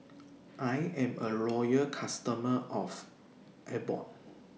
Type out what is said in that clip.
I Am A Loyal customer of Abbott